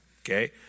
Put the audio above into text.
okay